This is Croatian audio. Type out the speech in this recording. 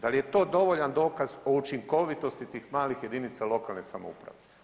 Da li je to dovoljan dokaz o učinkovitosti tih malih jedinica lokalne samouprave?